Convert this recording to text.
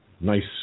nice